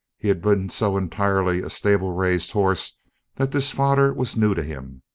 he had been so entirely a stable-raised horse that this fodder was new to him.